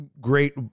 great